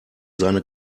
seine